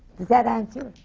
does that answer